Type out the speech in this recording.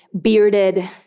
bearded